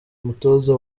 umutoza